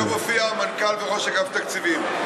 איציק, היום הופיעו המנכ"ל וראש אגף תקציבים.